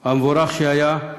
המבורך שהיה,